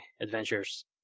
Adventures